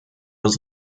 his